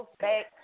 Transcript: back